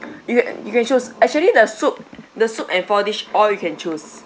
you can you can choose actually the soup the soup and four dish all you can choose